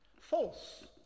False